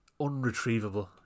unretrievable